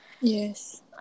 Yes